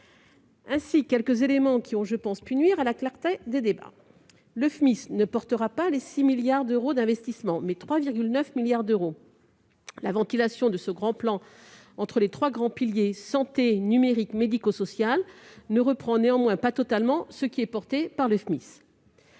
quelques éléments qui ont pu nuire, à mon sens, à la clarté des débats. Le FMIS ne portera pas les 6 milliards d'euros d'investissement, mais 3,9 milliards d'euros. La ventilation de ce grand plan entre les trois grands piliers que sont la santé, le numérique et le médico-social ne reprend néanmoins pas totalement ce qui relève du FMIS.